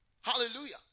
Hallelujah